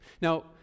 Now